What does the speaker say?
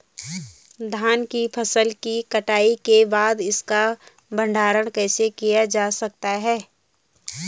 धान की फसल की कटाई के बाद इसका भंडारण कैसे किया जा सकता है?